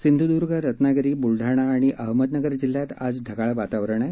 सिंधूदर्ग रत्नागिरी बुलढाणा आणि अहमदनगर जिल्ह्यात आज ढगाळ वातावरण आहे